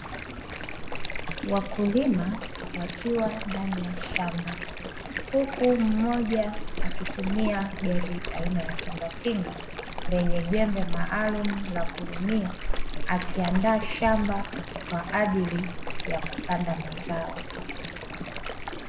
Wakulima wakiwa ndani ya shamba huku mmoja akitumia gari aina ya tingatinga, lenye jembe maalumu la kulimia, akiandaa shamba kwa ajili ya kupanda mazao.